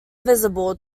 visible